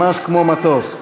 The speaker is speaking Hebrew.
ממש כמו מטוס,